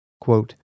Quote